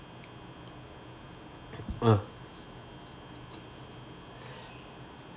uh